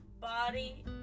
body